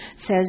says